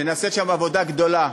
נעשית שם עבודה גדולה.